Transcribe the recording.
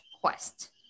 quest